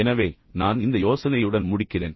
எனவே நான் இந்த யோசனையுடன் முடிக்கிறேன்